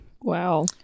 wow